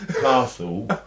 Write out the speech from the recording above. castle